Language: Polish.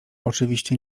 oczywiście